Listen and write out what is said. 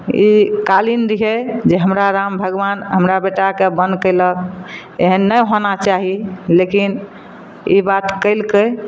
ई कालीन दिहै जे हमरा राम भगबान हमरा बेटाके बन कयलक एहन नहि होना चाही लेकिन ई बात कयलकै